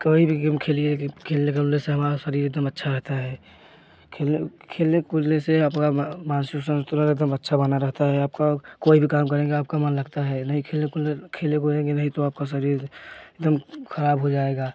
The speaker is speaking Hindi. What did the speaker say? कोई भी गेम खेलिए खेलने वेलने से हमारा शरीर एक दम अच्छा रहता है खेलने खेलने कूदने से आपना मानसिक संतुलन एक दम अच्छा बना रहता है आपका कोई भी काम करेंगे आपका मन लगता है नहीं खेल कूदने खेले कूदेंगे नहीं तो आपका शरीर एक दम खराब हो जाएगा